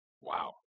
Wow